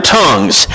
tongues